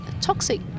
toxic